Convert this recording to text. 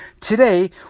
Today